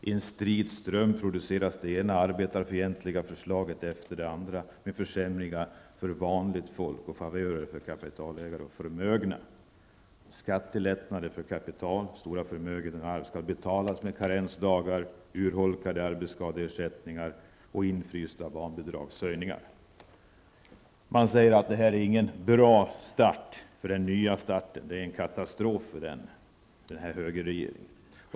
I en strid ström produceras det ena arbetarfientliga förslaget efter det andra med försämringar för vanligt folk och favörer för kapitalägare och förmögna. Skattelättnader för kapital, stora förmögenheter och arvsskatt betalas med karensdagar, urholkade arbetsskadeersättningar och infrysta barnbidragshöjningar.'' Man säger att det här inte är någon bra början för den nya starten. Det är en katastrof för högerregeringen.